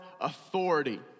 authority